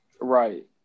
right